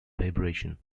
vibration